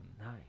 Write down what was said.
Nice